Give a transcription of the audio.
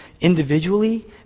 individually